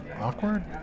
awkward